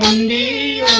ni